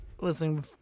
listening